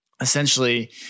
essentially